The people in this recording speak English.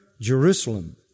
Jerusalem